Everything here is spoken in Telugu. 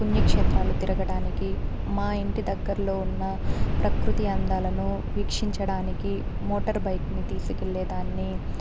పుణ్యక్షేత్రాలు తిరగడానికి మా ఇంటి దగ్గర్లో ఉన్న ప్రకృతి అందాలను వీక్షించడానికి మోటర్ బైక్ని తీసుకువెళ్ళేదాన్ని